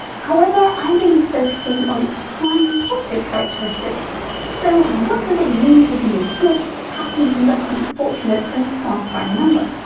however, i'm going to be focusing on its prime positive characteristics so, what does it mean to be a good, happy, lucky, fortunate and star prime number?